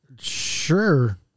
Sure